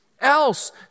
else